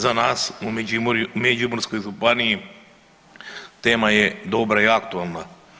Za nas u Međimurskoj županiji tema je dobra i aktualna.